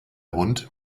hund